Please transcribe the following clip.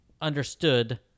understood